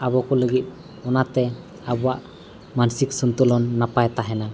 ᱟᱵᱚ ᱠᱚ ᱞᱟᱹᱜᱤᱫ ᱚᱱᱟᱛᱮ ᱟᱵᱚᱣᱟᱜ ᱢᱟᱱᱥᱤᱠ ᱥᱚᱱᱛᱩᱞᱚᱱ ᱱᱟᱯᱟᱭ ᱛᱟᱦᱮᱱᱟ